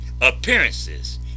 appearances